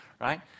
right